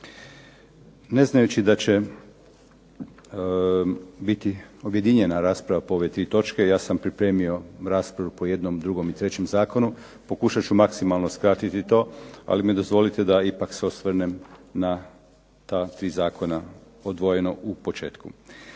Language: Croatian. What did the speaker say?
Ne znajući da će biti objedinjena rasprava po ove 3 točke ja sam pripremio raspravu po jednom, drugom i trećem zakonu. Pokušat ću maksimalno skratiti to, ali mi dozvolite da ipak se osvrnem na ta 3 zakona odvojeno u početku.